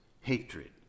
hatred